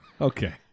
okay